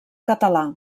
català